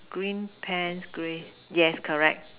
green pants grey yes correct